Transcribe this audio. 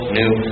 new